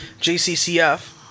JCCF